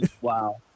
wow